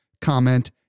comment